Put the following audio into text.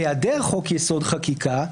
בהיעדר חוק יסוד חקיקה,